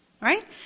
right